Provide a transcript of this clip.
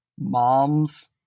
Moms